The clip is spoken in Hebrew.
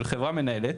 של חברה מנהלת,